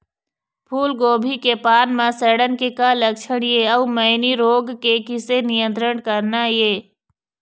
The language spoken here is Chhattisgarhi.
फूलगोभी के पान म सड़न के का लक्षण ये अऊ मैनी रोग के किसे नियंत्रण करना ये?